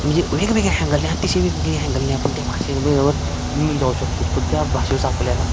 म्हणजे वेगवेगळ्या हँगल्ल्या अतिशय वेगवेगळे हँगल आपण त्या भाषेबरोबर लिहून जाऊ शकतो तर त्या भाषेचा आपल्याला